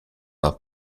not